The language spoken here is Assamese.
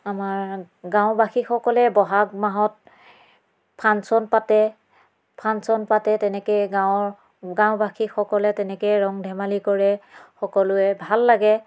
আমাৰ গাঁওবাসীসকলে বহাগ মাহত ফাংচন পাতে ফাংচন পাতে তেনেকৈ গাঁৱৰ গাঁওবাসীসকলে তেনেকৈ ৰং ধেমালি কৰে সকলোৱে ভাল লাগে